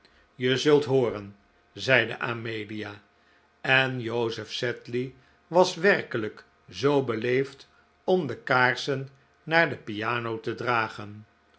je zult hooren zeide amelia en joseph sedley was werkelijk zoo beleefd om de kaarsen naar de piano te dragen